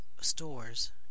stores